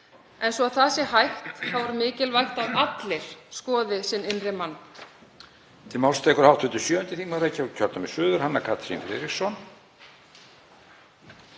En svo það sé hægt er mikilvægt að allir skoði sinn innri mann.